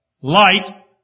light